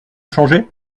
changer